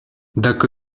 dacă